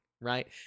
Right